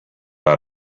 out